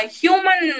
human